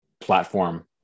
platform